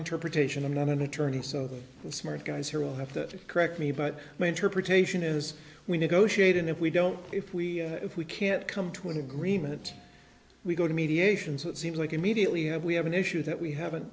interpretation i'm not an attorney so the smart guys here will have to correct me but my interpretation is we negotiate and if we don't if we if we can't come to an agreement we go to mediation so it seems like immediately have we have an issue that we haven't